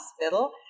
hospital